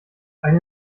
eine